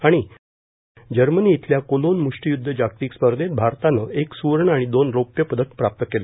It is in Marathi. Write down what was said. आणि जर्मनी इथल्या कोलोन मुश्टीयुध्द जागतिक स्पर्धेत भारतानं एक सुवर्ण आणि दोन रौप्य पदक प्राप्त केले